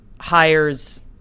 hires